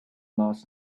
last